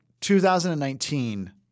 2019